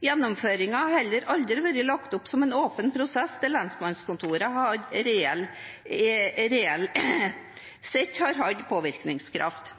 har heller aldri vært lagt opp som en åpen prosess der lensmannskontorene reelt sett har hatt påvirkningskraft.